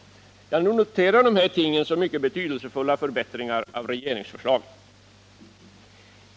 Jag noterar dessa ting som mycket betydelsefulla förbättringar av regeringsförslagen.